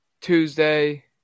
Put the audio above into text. Tuesday